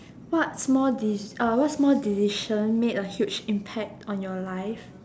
what small decis~ uh what small decision made a huge impact on your life